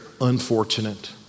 unfortunate